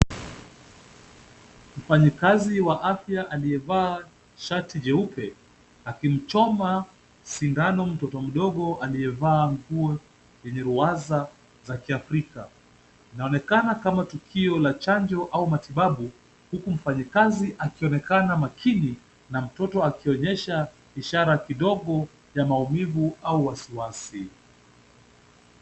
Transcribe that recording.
Mfanyikazi wa afya aliyevaa shati cheupe akimchoma sindano mtoto mdogo aliyevaa nguo yenye luwaza za kiafrika , inaonekana kama tukio la chanjo au matibabu huku mfanyikazi akionekana makini na mtoto akionyesha ishara kidogo ya maumivu au wasiwasi